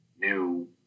new